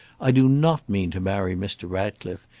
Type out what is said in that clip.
i do not mean to marry mr. ratcliffe.